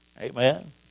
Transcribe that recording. Amen